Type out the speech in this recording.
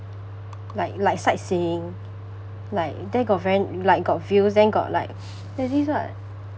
like like sight seeing like there got very ni~ like got views then got like there's this what